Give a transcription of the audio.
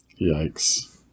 Yikes